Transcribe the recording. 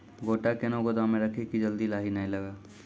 गोटा कैनो गोदाम मे रखी की जल्दी लाही नए लगा?